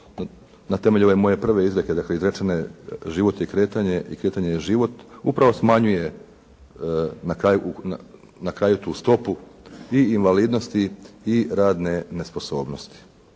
na temelju ove moje prve izreke, dakle izrečene, život je kretanje i kretanje je život, upravo smanjuje na kraju tu stopu i invalidnosti i radne nesposobnosti.